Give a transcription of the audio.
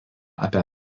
apie